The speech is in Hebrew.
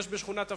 יש בשכונת אפקה.